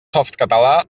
softcatalà